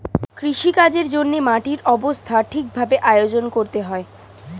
কৃষিকাজের জন্যে মাটির অবস্থা ঠিক ভাবে আয়োজন করতে হয়